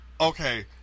Okay